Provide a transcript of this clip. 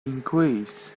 increase